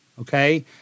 okay